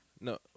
No